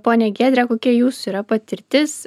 ponia giedre kokia jūsų yra patirtis